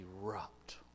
erupt